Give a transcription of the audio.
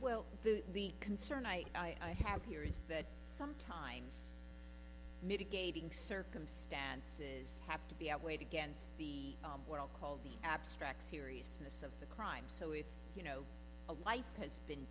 well the concern i have here is that sometimes mitigating circumstances have to be out weighed against the what i'll call the abstract seriousness of the crime so if you know a life has been